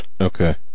Okay